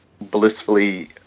blissfully